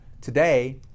today